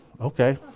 Okay